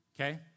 Okay